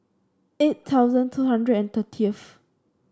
eight thousand two hundred and thirtieth